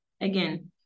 again